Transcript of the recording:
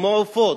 כמו עופות,